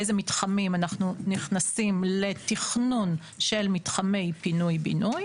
איזה מתחמים אנחנו נכנסים לתכנון של מתחמי פינוי-בינוי.